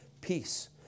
peace